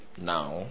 now